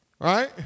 right